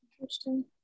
Interesting